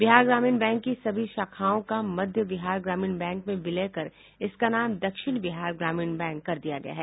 बिहार ग्रामीण बैंक की सभी शाखाओं का मध्य बिहार ग्रामीण बैंक में विलय कर इसका नाम दक्षिण बिहार ग्रामीण बैंक कर दिया गया है